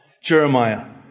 Jeremiah